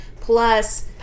plus